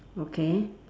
okay